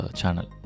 channel